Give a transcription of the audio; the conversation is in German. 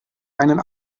einen